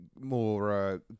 more